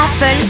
Apple